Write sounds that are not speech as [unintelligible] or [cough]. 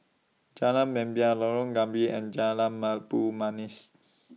Jalan Membina Lorong Gambir and Jalan [unintelligible] Manis